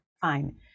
Fine